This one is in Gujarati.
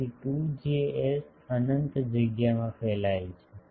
તેથી 2Js અનંત જગ્યામાં ફેલાયેલ છે